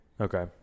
Okay